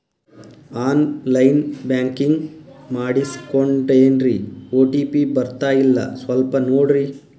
on line banking ಮಾಡಿಸ್ಕೊಂಡೇನ್ರಿ OTP ಬರ್ತಾಯಿಲ್ಲ ಸ್ವಲ್ಪ ನೋಡ್ರಿ